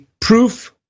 proof